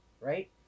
right